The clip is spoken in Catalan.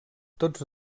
tots